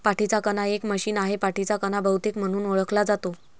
पाठीचा कणा एक मशीन आहे, पाठीचा कणा बहुतेक म्हणून ओळखला जातो